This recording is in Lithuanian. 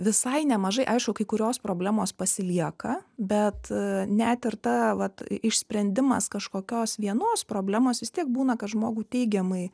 visai nemažai aišku kai kurios problemos pasilieka bet net ir ta vat išsprendimas kažkokios vienos problemos vis tiek būna kad žmogų teigiamai